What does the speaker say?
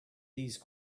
these